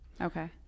Okay